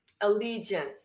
allegiance